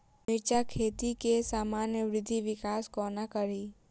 मिर्चा खेती केँ सामान्य वृद्धि विकास कोना करि?